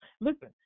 Listen